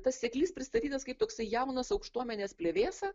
tas seklys pristatytas kaip toksai jaunas aukštuomenės plevėsa